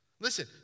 Listen